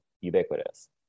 ubiquitous